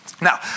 Now